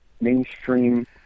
mainstream